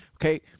okay